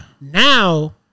Now